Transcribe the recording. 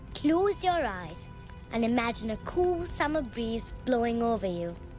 close your eyes and imagine a cool summer breeze blowing over you.